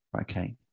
Okay